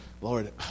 Lord